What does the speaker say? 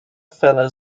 fälle